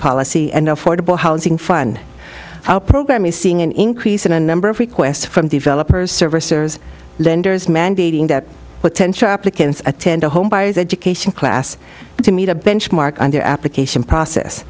policy and afforded housing fund our program is seeing an increase in a number of requests from developers servicers lenders mandating that potential applicants attend a homebuyers education class to meet a benchmark on their application process